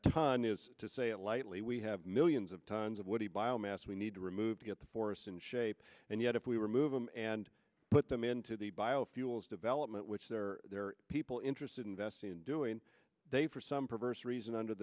ton is to say it lightly we have millions of tons of wood he biomass we need to remove to get the forests in shape and yet if we remove them and put them into the biofuels development which there are people interested investing in doing they for some perverse reason under